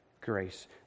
grace